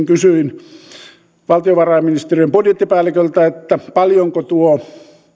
kysyin valtiovarainministeriön budjettipäälliköltä paljonko tuo